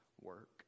work